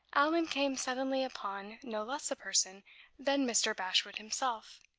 allan came suddenly upon no less a person than mr. bashwood himself,